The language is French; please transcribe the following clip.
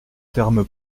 termes